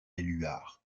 éluard